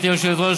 גברתי היושבת-ראש,